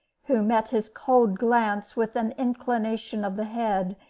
who met his cold glance with an inclination of the head,